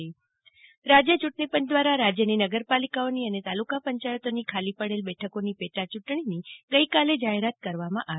જાગતિ વકીલ યા ય ત ચા રાજ્ય ચૂંટણી પંચ દ્વારા રાજ્યની નગરપાલિકાઓની અને તાલુકા પંચાયતોની ખાલી પડેલ બેઠકોની પેટા ચૂંટણીની ગઇકાલે જાહેરાત કરવામાં આવી